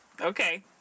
Okay